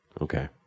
Okay